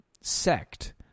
sect